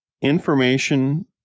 information